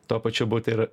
tuo pačiu būti ir